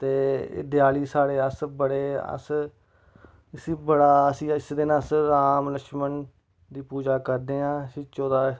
ते दियाली साढ़े आस्तै बड़े अस इसी बड़ा अस इस दिन राम लश्मन दी पूजा करदे आं इसी चौदां